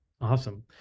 Awesome